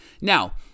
Now